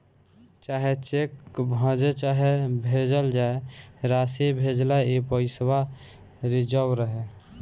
चाहे चेक भजे चाहे भेजल जाए, रासी भेजेला ई पइसवा रिजव रहे